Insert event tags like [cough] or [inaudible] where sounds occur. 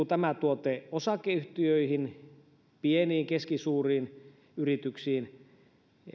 [unintelligible] tämä tuote kohdistuu osakeyhtiöihin pieniin ja keskisuuriin yrityksiin